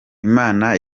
imana